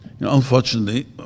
Unfortunately